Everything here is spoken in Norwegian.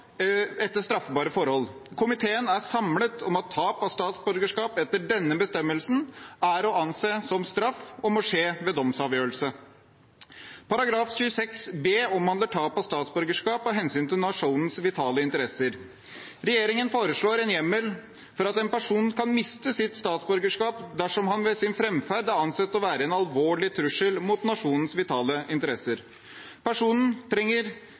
etter straffbare forhold. Komiteen er samlet om at tap av statsborgerskap etter denne bestemmelsen er å anse som straff og må skje ved domstolsavgjørelse. § 26 b omhandler tap av statsborgerskap av hensyn til nasjonens vitale interesser. Regjeringen foreslår en hjemmel for at en person kan miste sitt statsborgerskap dersom han ved sin framferd er ansett å være en alvorlig trussel mot nasjonens vitale interesser. Personen trenger